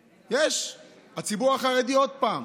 יש: הציבור החרדי, עוד פעם.